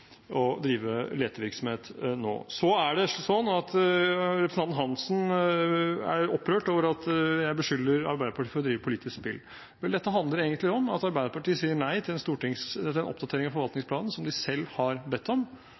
å drive letevirksomhet nå. Så er representanten Hansen opprørt over at jeg beskylder Arbeiderpartiet for å drive politisk spill. Vel, dette handler egentlig om at Arbeiderpartiet sier nei til en oppdatering av forvaltningsplanen, som de selv har bedt om.